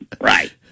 right